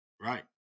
Right